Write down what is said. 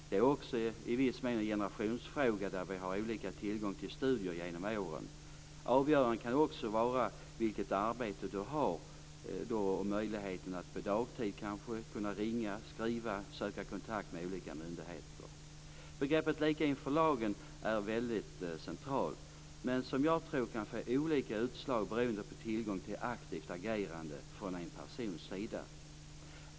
Detta är i viss mån en generationsfråga där vi har fått olika tillgång till studier genom åren. Avgörande kan också vara vilket arbete man har och möjligheterna att på dagtid ringa och skriva till olika myndigheter. Begreppet lika inför lagen är väldigt centralt, men jag tror att det kan få olika utslag beroende på förmåga till aktivt agerande från en persons sida.